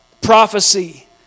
prophecy